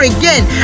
again